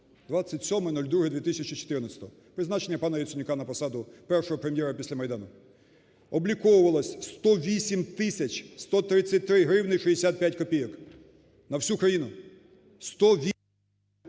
27.02.2014, призначення пана Яценюка на посаду першого Прем'єра після Майдану) обліковувалось 108 тисяч 133 гривні 65 копійок. На всю країну.